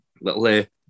little